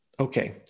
Okay